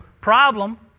problem